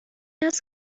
است